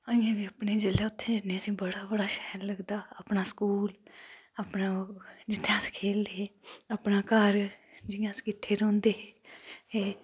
अजें बी जिसलै अस इत्थै औने असें गी बड़ा शैल लगदा ओह् स्कूल अस जित्थै खेढदे हे अपना घर जि'यां अस किट्ठे करदे हे